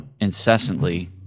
incessantly